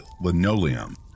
linoleum